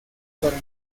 para